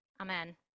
Amen